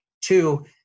Two